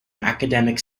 academic